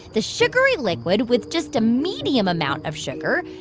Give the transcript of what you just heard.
the sugary liquid with just a medium amount of sugar,